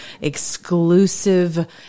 exclusive